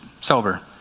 sober